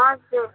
हजुर